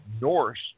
Norse